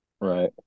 right